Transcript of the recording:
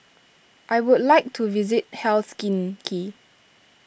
I would like to visit Helsinki